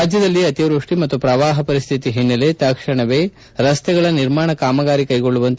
ರಾಜ್ಯದಲ್ಲಿ ಅತಿವೃಷ್ಷಿ ಮತ್ತು ಪ್ರವಾಹ ಪರಿಸ್ಥಿತಿ ಹಿನ್ನೆಲೆ ತಕ್ಷಣವೇ ರಸ್ತೆಗಳ ನಿರ್ಮಾಣ ಕಾಮಗಾರಿ ಕೈಗೊಳ್ಳುವಂತೆ